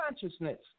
consciousness